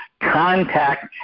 contact